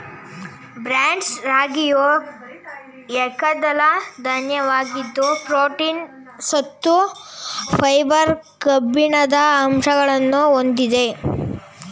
barnyard ರಾಗಿಯು ಏಕದಳ ಧಾನ್ಯವಾಗಿದ್ದು ಪ್ರೋಟೀನ್, ಸತ್ತು, ಫೈಬರ್, ಕಬ್ಬಿಣದ ಅಂಶಗಳನ್ನು ಹೊಂದಿದೆ